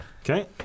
Okay